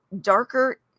darker